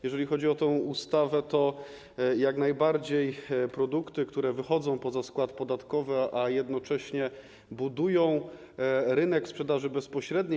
Jeżeli chodzi o tę ustawę, to jak najbardziej produkty, które wychodzą poza skład podatkowy, a jednocześnie budują rynek sprzedaży bezpośredniej.